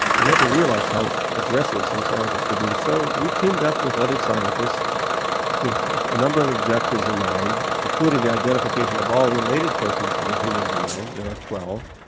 i never realised how aggressive some scientists could be. so we teamed up with other scientists with a number of objectives in mind, including the identification of all related proteins in the human genome, there are twelve,